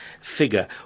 figure